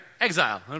Exile